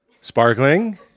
Sparkling